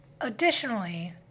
Additionally